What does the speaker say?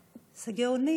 זה גאוני.